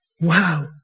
Wow